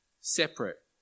Separate